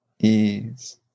ease